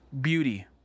beauty